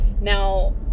Now